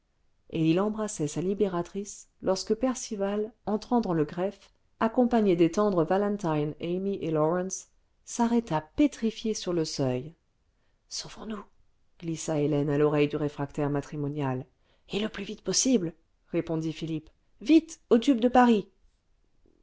et il embrassait sa libératrice lorsque percival entrant dans le greffe accompagné des tendres valentine amy et lawrence s'arrêta pétrifié sur le seuil ce sauvons-nous glissa hélène à l'oreille du réfractaire matrimonial et le plus vite possible répondit philippe vite au tube de paris